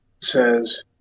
says